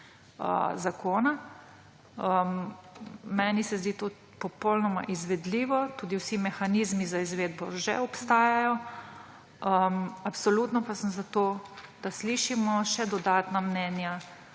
zakona. Meni se zdi to popolnoma izvedljivo. Tudi vsi mehanizmi za izvedbo že obstajajo. Absolutno pa sem za to, da slišimo še dodatna mnenja